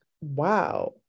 wow